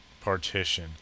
partition